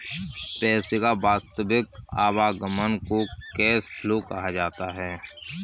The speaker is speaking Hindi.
पैसे का वास्तविक आवागमन को कैश फ्लो कहा जाता है